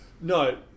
No